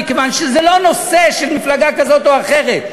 מכיוון שזה לא נושא של מפלגה כזאת או אחרת.